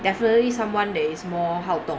definitely someone that is more 好动